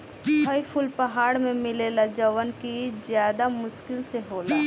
हई फूल पहाड़ में मिलेला जवन कि ज्यदा मुश्किल से होला